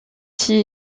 six